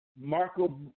Marco